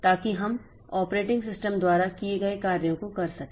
ताकि हम operating system द्वारा किए गए कार्यों को कर सकें